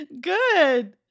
Good